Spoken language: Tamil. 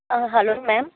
ah hello ma'am